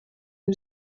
new